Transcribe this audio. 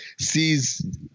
Sees